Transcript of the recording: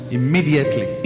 immediately